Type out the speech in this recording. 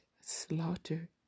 slaughter